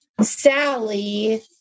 Sally